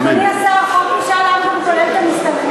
אדוני השר, חוק משאל העם כולל את המסתננים?